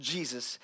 Jesus